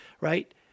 right